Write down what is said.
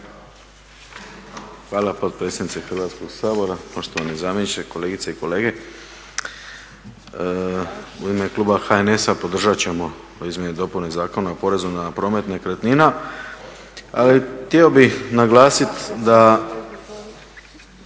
Hvala potpredsjednice Hrvatskog sabora, poštovani zamjeniče, kolegice i kolege. U ime kluba HNS-a podržat ćemo izmjene i dopune Zakona o porezu na promet nekretnina. Ali htio bih naglasiti da,